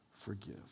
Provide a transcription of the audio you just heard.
forgive